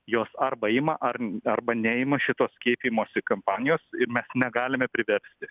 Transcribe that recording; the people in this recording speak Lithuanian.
jos arba ima ar arba neima šitos skiepyjimosi kampanijos mes negalime priversti